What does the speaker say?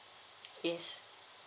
yes